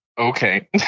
Okay